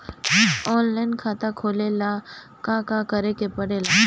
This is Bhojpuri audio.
ऑनलाइन खाता खोले ला का का करे के पड़े ला?